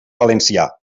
valencià